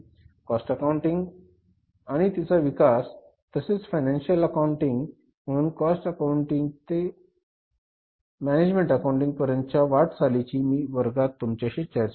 cost accounting आणि तिचा विकास तसेच फायनान्शिअल अकाउंटिंग पासून कॉस्ट अकाउंटिंग ते मॅनेजमेंट अकाऊंट पर्यंतच्या वाटचालीची मी वर्गात तुमच्याशी चर्चा करेन